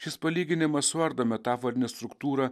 šis palyginimas suardo metaforinę struktūrą